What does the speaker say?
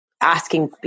asking